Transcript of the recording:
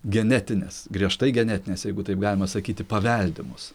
genetinės griežtai genetinės jeigu taip galima sakyti paveldimos